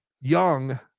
young